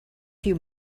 few